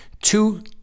two